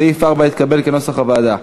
סעיף 4 התקבל כנוסח הוועדה.